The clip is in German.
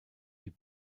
die